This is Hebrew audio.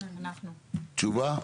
תשובה?